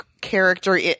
character